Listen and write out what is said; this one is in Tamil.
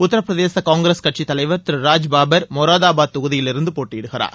உத்தரப்பிரதேச காங்கிரஸ் கட்சித் தலைவர் திரு ராஜ் பாபர் மொராதாபாத் தொகுதியிலிருந்து போட்டியிடுகிறார்